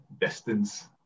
distance